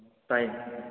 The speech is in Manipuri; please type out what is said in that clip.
ꯇꯥꯏ